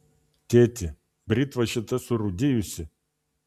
tėti britva šita surūdijusi